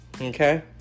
Okay